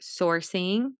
sourcing